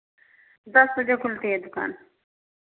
दस बजे खुलती है दुकान